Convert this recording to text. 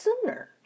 sooner